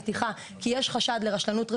אז לערבים מותר לדבר בשבת בטלפון,